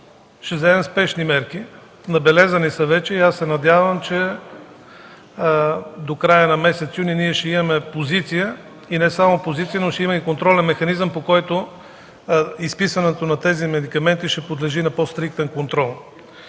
Ще вземем спешни мерки – набелязани са вече. Надявам се, че до края на месец юни ние ще имаме позиция. И не само позиция, ще има и контролен механизъм, по който изписването на тези медикаменти ще подлежи на по-стриктен контрол.